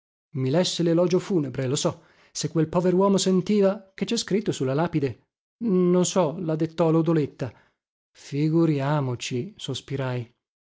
i lesse lelogio funebre lo so se quel poveruomo sentiva che cè scritto su la lapide non so la dettò lodoletta figuriamoci sospirai